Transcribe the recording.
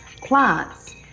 plants